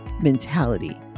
mentality